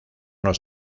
los